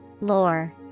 Lore